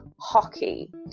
hockey